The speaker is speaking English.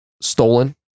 Stolen